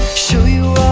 show you